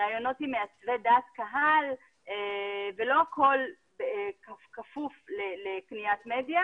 ריאיונות עם מעצבי דעת קהל ולא הכול כפוף לקניית מדיה